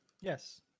Yes